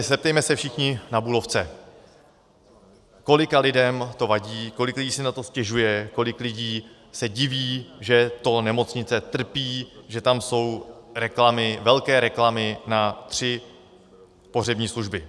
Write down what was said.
Zeptejme se všichni na Bulovce, kolika lidem to vadí, kolik lidí si na to stěžuje, kolik lidí se diví, že to nemocnice trpí, že tam jsou reklamy, velké reklamy na tři pohřební služby.